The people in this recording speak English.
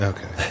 Okay